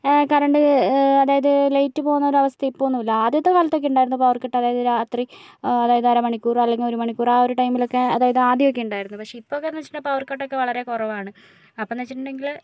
current അതായത് light പോകുന്ന ഒരവസ്ഥ ഇപ്പോളൊന്നുമില്ല ആദ്യത്തെ കാലത്തൊക്കെയുണ്ടായിരുന്നു പവർ കട്ട് അതായത് രാത്രി അതായത് അരമണിക്കൂറ് അല്ലങ്കിൽ ഒരു മണിക്കൂറ് ആ ഒര് ടൈമിലൊക്കെ അതായത് ആദ്യമൊക്കെയുണ്ടായിരുന്നു പക്ഷെ ഇപ്പന്ന് പറഞ്ഞേച്ചാൽ പവർ കട്ടൊക്കെ വളരെ കുറവാണ് അപ്പന്ന് വച്ചിട്ടുണ്ടെങ്കില്